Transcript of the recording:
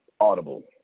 audible